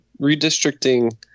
redistricting